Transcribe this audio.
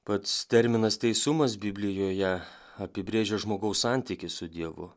pats terminas teisumas biblijoje apibrėžia žmogaus santykį su dievu